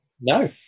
No